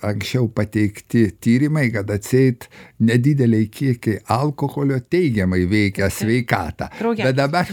anksčiau pateikti tyrimai kad atseit nedideliai kiekiai alkoholio teigiamai veikia sveikatą bet dabar